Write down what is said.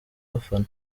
bafana